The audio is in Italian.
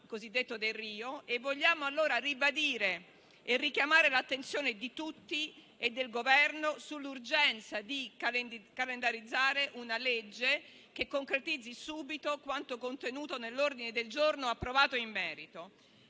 cosiddetto Delrio. Vogliamo allora ribadire e richiamare l'attenzione di tutti e del Governo sull'urgenza di calendarizzare l'esame di un disegno di legge che concretizzi subito quanto contenuto nell'ordine del giorno approvato in merito.